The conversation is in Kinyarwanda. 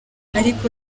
ariko